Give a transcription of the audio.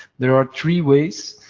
there are three ways